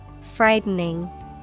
Frightening